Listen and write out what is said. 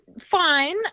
fine